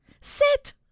Sit